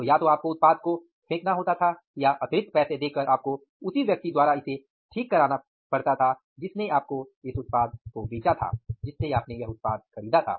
तो या तो आपको उत्पाद को फेंकना होता था या अतिरिक्त पैसे देकर आपको उसी व्यक्ति द्वारा इसे ठीक कराना पड़ता था जिसने आपको इसे बेचा था